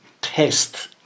test